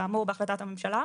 כאמור בהחלטת הממשלה,